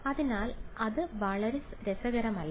അതിനാൽ അത് വളരെ രസകരമല്ല